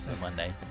Monday